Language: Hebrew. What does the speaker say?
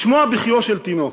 לשמוע בכיו של תינוק.